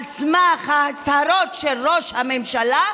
על סמך ההצהרות של ראש הממשלה,